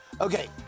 Okay